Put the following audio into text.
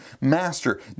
Master